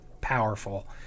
Powerful